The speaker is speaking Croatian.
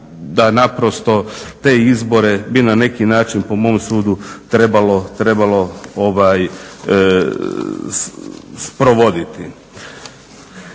da naprosto te izbore bi na neki način po mom sudu trebalo sprovoditi.